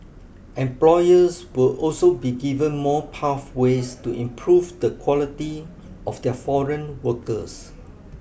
employers will also be given more pathways to improve the quality of their foreign workers